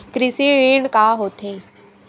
कृषि ऋण का होथे?